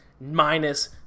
minus